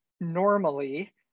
normally